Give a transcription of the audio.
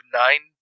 nine